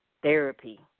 Therapy